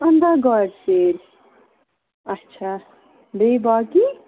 پنٛداہ گاڑِ سیرِ اَچھا بیٚیہِ باقٕے